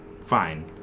Fine